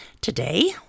Today